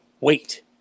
wait